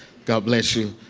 god bless you,